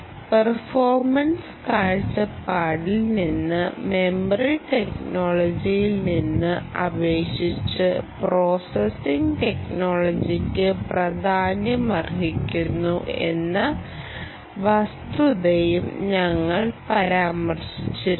performance കാഴ്ചപ്പാടിൽ നിന്ന് memory ടെക്നോളജിയിൽ നിന്നും അപേക്ഷിച്ച് പ്രോസസ്സ് ടെക്നോളജിക്ക് പ്രാധാന്യമർഹിക്കുന്നു എന്ന വസ്തുതയും ഞങ്ങൾ പരാമർശിച്ചിരുന്നു